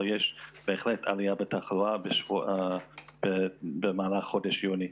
אבל בהחלט יש עלייה בתחלואה במהלך חודש יוני.